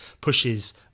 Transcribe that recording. pushes